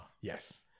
Yes